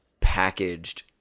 packaged